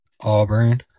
Auburn